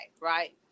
right